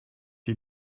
die